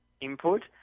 input